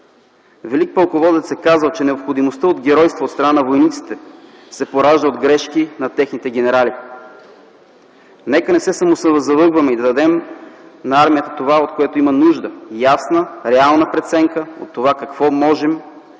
Велик пълководец е казал, че необходимостта от геройство от страна на войниците се поражда от грешки на техните генерали. Нека не се самозалъгваме и да дадем на армията онова, от което има нужда – ясна, реална преценка за това какво можем да им